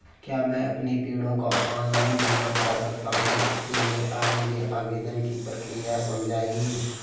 क्या मैं अपने पेड़ों का ऑनलाइन बीमा करा सकता हूँ इसके लिए आप मुझे आवेदन की प्रक्रिया समझाइए?